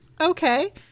okay